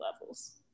levels